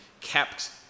kept